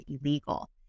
illegal